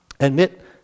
Admit